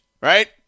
right